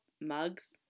mugs